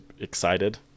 excited